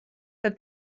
that